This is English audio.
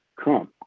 Come